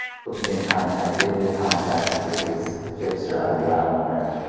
put me in contact, gave me the contact for his fixer on the ground there,